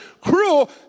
cruel